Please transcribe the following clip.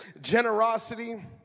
generosity